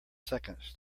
seconds